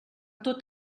tot